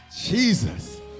Jesus